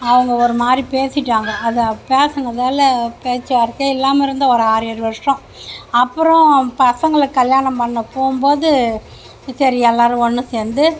அவங்கள் ஒரு மாதிரி பேசிட்டாங்க அதுப் பேசினாதால பேச்சு வார்த்தையே இல்லாமல் இருந்தோம் ஒரு ஆறு ஏழு வருஷம் அப்புறம் பசங்களை கல்யாணம் பண்ண போகும் போது சரி எல்லாரும் ஒன்று சேர்ந்து